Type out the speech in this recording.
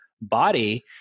body